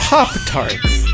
Pop-Tarts